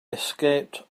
escaped